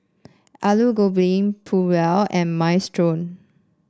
Alu Gobi Pulao and Minestrone